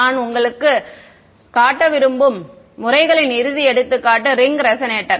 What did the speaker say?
நான் உங்களுக்குக் காட்ட விரும்பும் முறைகளின் இறுதி எடுத்துக்காட்டு ரிங் ரெசனேட்டர்